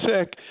sick